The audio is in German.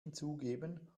hinzugeben